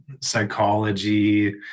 psychology